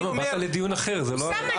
אוסאמה, באת לדיון אחר, זה לא